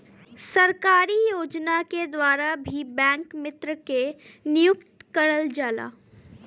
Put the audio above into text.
सरकारी योजना के द्वारा भी बैंक मित्र के नियुक्ति करल जाला